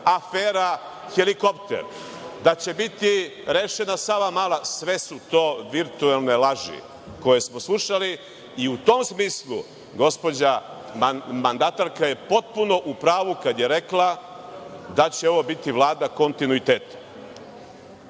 afera helikopter, da će biti rešena Savamala. Sve su to virtuelne laži koje smo slušali i u tom smislu gospođa mandatarka je potpuno u pravu kada je rekla da će ovo biti Vlada